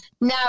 No